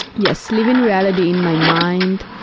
yes, leaving reality in my mind.